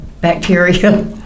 bacteria